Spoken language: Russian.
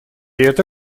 это